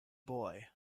boy